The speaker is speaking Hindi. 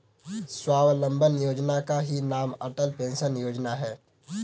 स्वावलंबन योजना का ही नाम अटल पेंशन योजना है